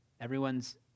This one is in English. Everyone's